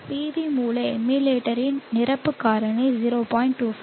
இந்த PV மூல எமுலேட்டரின் நிரப்பு காரணி 0